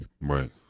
Right